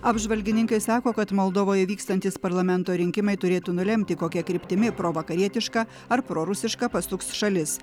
apžvalgininkai sako kad moldovoje vykstantys parlamento rinkimai turėtų nulemti kokia kryptimi provakarietiška ar prorusiška pasuks šalis